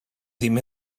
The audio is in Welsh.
ddim